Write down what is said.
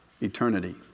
eternity